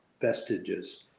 vestiges